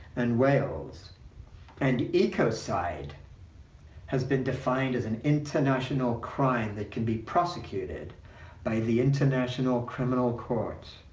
and whales and ecocide has been defined as an international crime that can be prosecuted by the international criminal court.